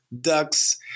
ducks